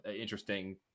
Interesting